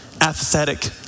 apathetic